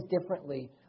differently